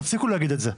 תפסיקו להגיד את זה.